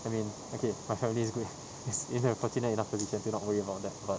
I mean okay my family is goo~ is in a fortunate enough position to not worry about that but